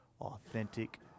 authentic